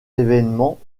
événements